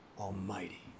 Almighty